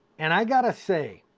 and i gotta say,